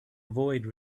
avoid